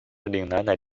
岭南